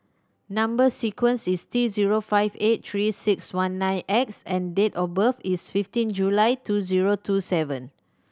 number sequence is T zero five eight Three Six One nine X and date of birth is fifteen July two zero two seven